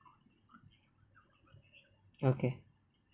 okay